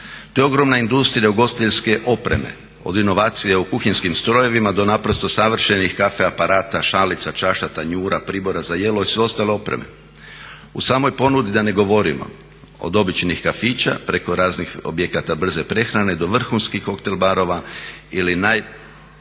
To je ogromna industrija ugostiteljske opreme od inovacija u kuhinjskim strojevima do naprosto savršenih kafe aparata, šalica, časa, tanjura, pribora za jelo i sve ostale opreme. O samoj ponudi da ne govorimo, od običnih kafića preko raznih objekata brze prehrane do vrhunskih koktel barova ili najvrhunskijih